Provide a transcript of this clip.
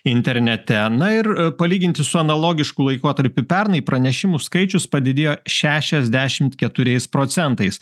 internete na ir palyginti su analogišku laikotarpiu pernai pranešimų skaičius padidėjo šešiasdešimt keturiais procentais